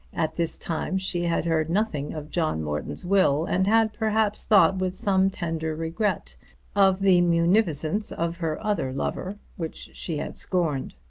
at this time she had heard nothing of john morton's will, and had perhaps thought with some tender regret of the munificence of her other lover, which she had scorned.